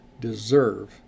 deserve